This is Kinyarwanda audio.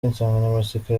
insanganyamatsiko